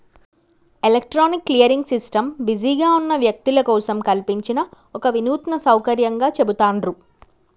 electronic clearing system బిజీగా ఉన్న వ్యక్తుల కోసం కల్పించిన ఒక వినూత్న సౌకర్యంగా చెబుతాండ్రు